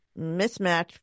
mismatch